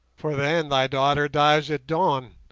for then thy daughter dies at dawn,